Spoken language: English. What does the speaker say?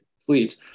fleets